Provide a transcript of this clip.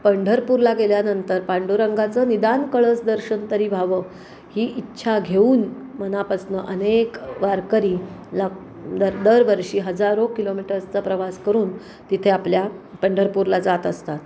पंढरपूरला गेल्यानंतर पांडुरंगाचं निदान कळस दर्शन तरी व्हावं ही इच्छा घेऊन मनापासनं अनेक वारकरी ला दर दरवर्षी हजारो किलोमीटर्सचा प्रवास करून तिथे आपल्या पंढरपूरला जात असतात